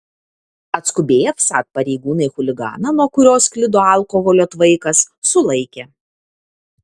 atskubėję vsat pareigūnai chuliganą nuo kurio sklido alkoholio tvaikas sulaikė